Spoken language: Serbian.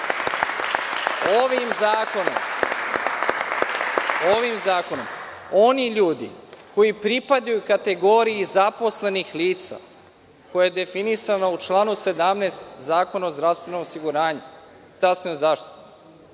Ovim zakonom oni ljudi koji pripadaju kategoriji zaposlenih lica koja je definisana u članu 17. Zakona o zdravstvenoj zaštiti,